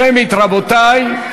שמית, רבותי.